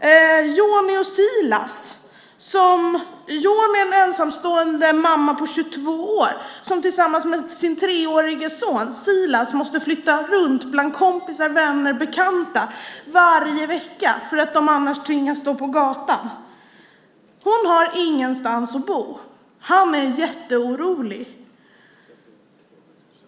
Joni är en ensamstående mamma på 22 år som tillsammans med sin treårige son Silas måste flytta runt bland kompisar, vänner och bekanta varje vecka för att de annars tvingas stå på gatan. Hon har ingenstans att bo. Han är jätteorolig.